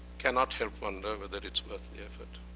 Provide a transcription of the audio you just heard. cannot help wonder whether it's worth the effort,